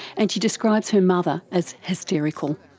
and she describes her mother as hysterical.